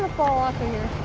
fall off